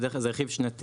בדרך כלל זה רכיב שנתי,